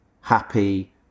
happy